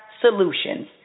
solutions